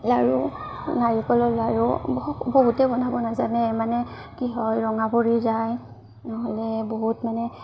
লাৰু নাৰিকলৰ লাৰু ব বহুতেই বনাব নাজানে মানে কি হয় ৰঙা পৰি যায় নহ'লে বহুত মানে